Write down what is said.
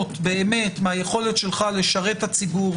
ליהנות מהיכולת שלך לשרת את הציבור,